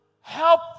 help